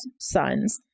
sons